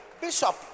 Bishop